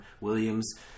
Williams